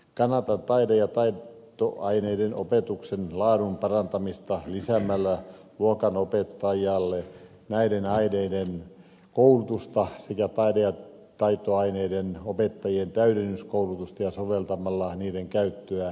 kannatan taide ja taitoaineiden opetuksen laadun parantamista lisäämällä luokanopettajalle näiden aineiden koulutusta sekä taide ja taitoaineiden opettajien täydennyskoulutusta ja soveltamalla niiden käyttöä yli ainerajojen